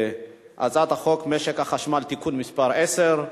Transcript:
הצעת חוק משק החשמל (תיקון מס' 10),